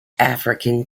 african